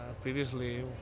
previously